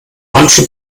manche